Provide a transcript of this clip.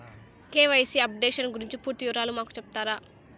KYC updation గురించి పూర్తి వివరాలు మాకు సెప్తారా?